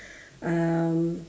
um